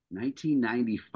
1995